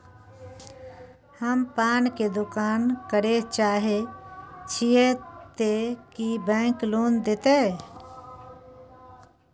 हम पान के दुकान करे चाहे छिये ते की बैंक लोन देतै?